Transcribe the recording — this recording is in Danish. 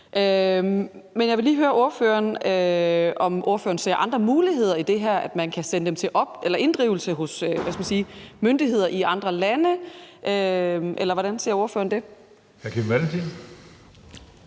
Men jeg vil lige høre ordføreren, om ordføreren ser andre muligheder i det her, f.eks. at man kan sende bøderne til inddrivelse hos myndigheder i andre lande. Hvordan ser ordføreren på det?